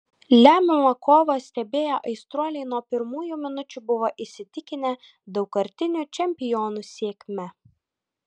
lemiamą kovą stebėję aistruoliai nuo pirmųjų minučių buvo įsitikinę daugkartinių čempionų sėkme